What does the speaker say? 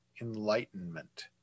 enlightenment